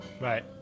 right